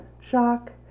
Shock